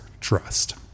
trust